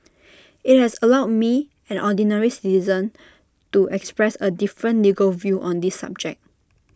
IT has allowed me an ordinary citizen to express A different legal view on this subject